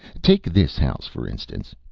take this house, for instance.